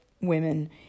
women